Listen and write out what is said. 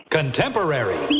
Contemporary